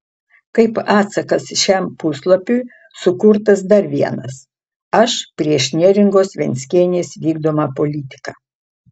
kaip atsakas šiam puslapiui sukurtas dar vienas aš prieš neringos venckienės vykdomą politiką